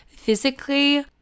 physically